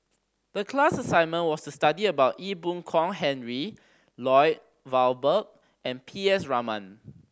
the class assignment was to study about Ee Boon Kong Henry Lloyd Valberg and P S Raman